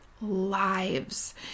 Lives